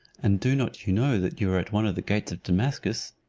and do not you know that you are at one of the gates of damascus?